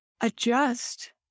adjust